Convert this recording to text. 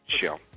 show